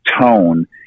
tone